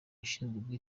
ushinzwe